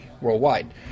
worldwide